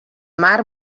mar